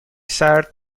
سرد